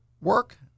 work